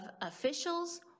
officials